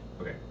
okay